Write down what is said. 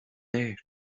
léir